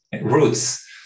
roots